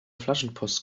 flaschenpost